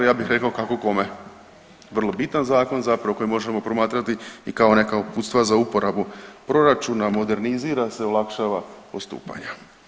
Ja bih rekao kako kome vrlo bitan zakon zapravo koji možemo promatrati i kao neka uputstva za uporabu proračuna, modernizira se, olakšava postupanja.